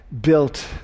built